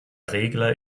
regler